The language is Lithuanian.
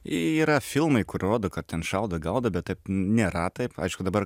yra filmai kurie rodo kad ten šaudo gaudo bet taip nėra taip aišku dabar